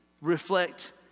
reflect